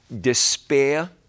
Despair